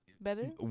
better